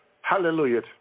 Hallelujah